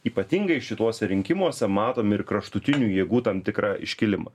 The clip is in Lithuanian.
ypatingai šituose rinkimuose matom ir kraštutinių jėgų tam tikrą iškilimą